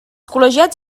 col·legiats